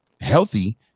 healthy